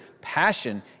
passion